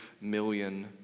million